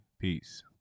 Peace